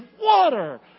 water